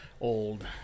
old